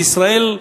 בישראל,